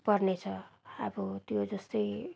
पर्नेछ अब त्यो जस्तै